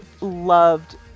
loved